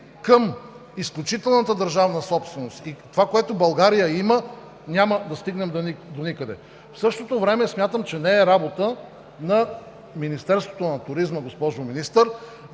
към изключителната държавна собственост и това, което България има, няма да стигнем доникъде. В същото време считам, че не е работа на Министерството на туризма, госпожо Министър,